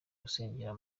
gusengera